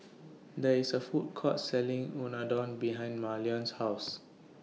There IS A Food Court Selling Unadon behind Marlen's House